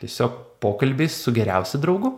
tiesiog pokalbiai su geriausiu draugu